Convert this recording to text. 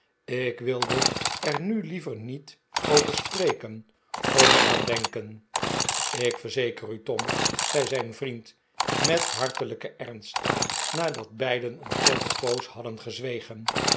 ik wilde er nu liever niet over spreken of er aan denken f ik verzeker u tom zei zijn vriend met hartelijken ernst nadat beiden een korte poos hadden gezwegen